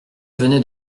venait